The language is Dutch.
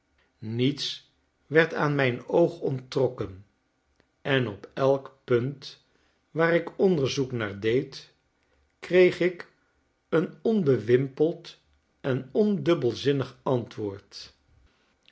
niets werd aan mijn oog onttrokken en op elk punt waar ik onderzoek naar deed kreeg ik een onbewimpeld en ondubbelzinnig antwoord